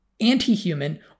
anti-human